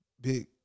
big